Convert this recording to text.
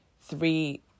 three